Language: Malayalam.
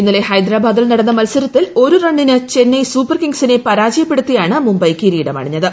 ഇന്നലെ ഹൈദരാബാദിൽ നടന്ന മത്സരത്തിൽ ഒരു റണ്ണിന് ചെന്നൈ സൂപ്പർ കിംഗ്സിനെ പരാജയപ്പെടുത്തിയാണ് മുംബൈ കിരീടമണിഞ്ഞത്